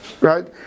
right